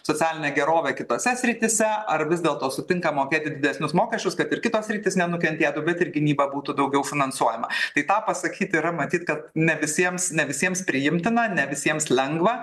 socialine gerove kitose srityse ar vis dėlto sutinka mokėti didesnius mokesčius kad ir kitos sritys nenukentėtų bet ir gynyba būtų daugiau finansuojama tai ką pasakyt yra matyt kad ne visiems ne visiems priimtina ne visiems lengva